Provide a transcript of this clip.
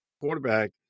quarterback